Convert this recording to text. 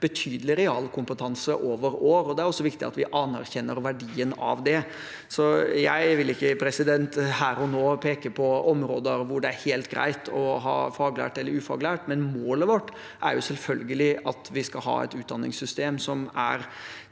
betydelig realkompetanse over år. Det er viktig at vi anerkjenner verdien av det. Jeg vil ikke her og nå peke på områder hvor det er helt greit å ha faglærte eller ufaglærte, men målet vårt er selvfølgelig at vi skal ha et utdanningssystem som er